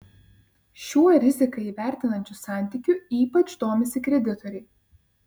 šiuo riziką įvertinančiu santykiu ypač domisi kreditoriai